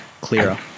Clearer